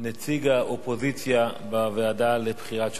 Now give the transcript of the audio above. אריאל, נציג האופוזיציה בוועדה לבחירת שופטים.